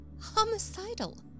Homicidal